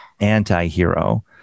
anti-hero